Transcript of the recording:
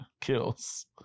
kills